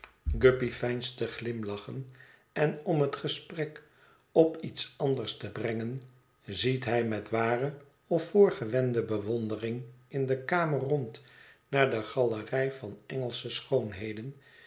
guppy veinst te glimlachen en om het gesprek op iets anders te brengen ziet hij met ware of voorgewende bewondering in de kamer rond naar de galerij van engelsche schoonheden